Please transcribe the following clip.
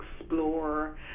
explore